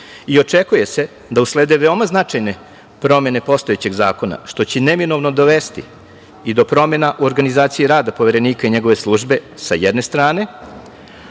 i očekuje se da uslede veoma značajne promene postojećeg zakona, što će neminovno dovesti i do promena u organizaciji rada Poverenika i njegove službe sa jedne strane,